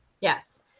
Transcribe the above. Yes